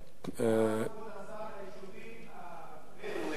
למה, כבוד השר, היישובים הבדואיים, לא שמעתי.